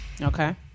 Okay